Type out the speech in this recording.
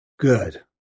Good